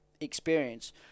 experience